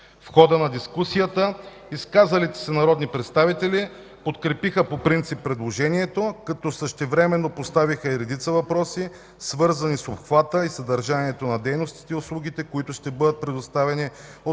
В хода на дискусията изказалите се народни представители подкрепиха по принцип предложението, като същевременно поставиха и редица въпроси, свързани с обхвата и съдържанието на дейностите и услугите, които ще бъдат предоставени от